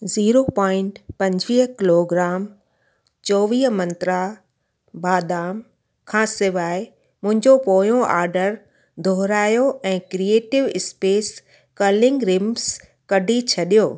zero point पंजवीह kilogram चोवीह मंत्रा बादाम खां सवाइ मुंहिंजो पोयों ऑडर दुहिरायो ऐं क्रिएटिव स्पेस कर्लिंग रिमस कढी छॾियो